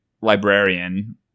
librarian